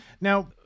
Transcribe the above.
Now